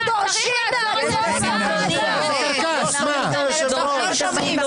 זה קרקס, מה הולך כאן?